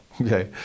Okay